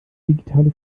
digitale